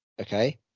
okay